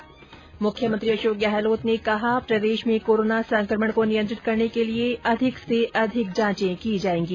् मुख्यमंत्री अशोक गहलोत ने कहा प्रदेश में कोरोना संक्रमण को नियंत्रित करने के लिए लिए अधिक से अधिक जांचें की जाएंगी